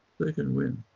they can win.